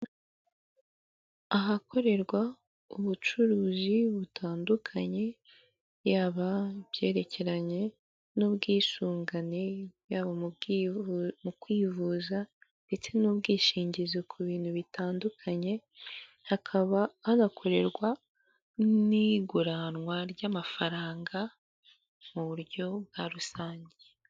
Ahakorerwa ubucuruzi butandukanye yaba mu byerekeranye n'ubwisungane, yaba mu kwivuza ndetse n'ubwishingizi ku bintu bitandukanye ,hakaba hanakorerwa n'iguranwa ry'amafaranga mu buryo bwa rusange.